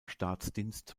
staatsdienst